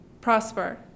prosper